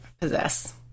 possess